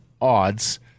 odds